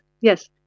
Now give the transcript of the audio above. Yes